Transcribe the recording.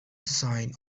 sign